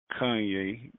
Kanye